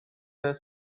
the